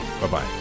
Bye-bye